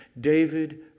David